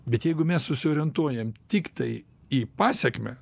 bet jeigu mes susiorientuojam tiktai į pasekmę